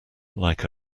like